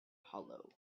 hollow